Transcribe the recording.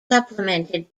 supplemented